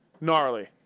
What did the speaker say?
gnarly